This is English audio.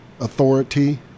authority